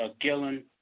Gillen